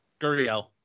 Guriel